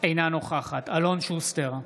אינה נוכחת אלון שוסטר,